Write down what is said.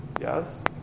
Yes